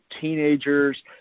teenagers